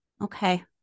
Okay